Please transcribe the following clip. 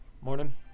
Morning